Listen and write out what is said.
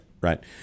Right